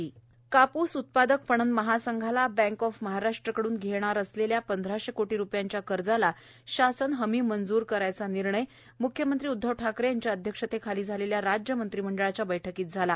पणन महासंघ काप्स उत्पादक पणन महासंघाला बँक ऑफ महाराष्ट्रकडुन घेणार असलेल्या पंधराशे कोटी रुपयांच्या कर्जाला शासन हमी मंजूर करायचा निर्णय मुख्यमंत्री उद्धव ठाकरे यांच्या अध्यक्षतेखाली झालेल्या राज्य मंत्रीमंडळाच्या बैठकीत झाला